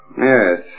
Yes